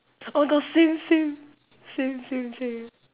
oh my god same same same same same